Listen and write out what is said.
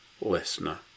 listener